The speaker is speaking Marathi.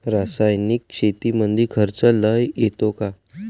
रासायनिक शेतीमंदी खर्च लई येतो का?